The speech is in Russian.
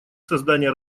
создания